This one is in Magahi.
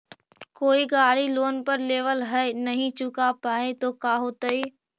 कोई गाड़ी लोन पर लेबल है नही चुका पाए तो का होतई?